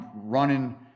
running